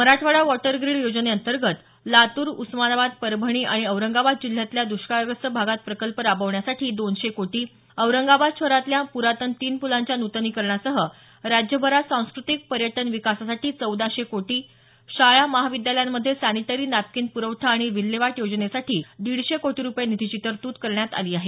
Marathwada water grid योजनेअंतर्गत लातूर उस्मानाबाद परभणी आणि औरंगाबाद जिल्ह्यातल्या दष्काळग्रस्त भागात प्रकल्प राबवण्यासाठी दोनशे कोटी औरंगाबाद शहरातल्या पुरातन तीन पुलांच्या नूतनीकरणासह राज्यभरात सांस्क्रतिक पर्यटन विकासासाठी चौदाशे कोटी शाळा महाविद्यालयांमध्ये सॅनिटरी नॅपकीन प्रवठा आणि विल्हेवाट योजनेसाठी दीडशे कोटी रुपये निधीची तरतूद करण्यात आली आहे